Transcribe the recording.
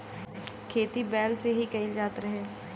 खेती बैल से ही कईल जात रहे